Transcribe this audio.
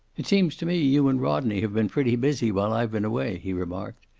it seems to me you and rodney have been pretty busy while i've been away, he remarked.